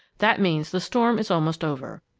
that means the storm is almost over.